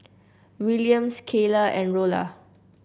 Williams Kaylah and Rolla